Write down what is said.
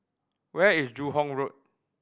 where is Joo Hong Road